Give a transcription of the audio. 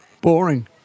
boring